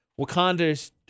Wakanda's